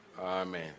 Amen